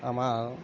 আমাৰ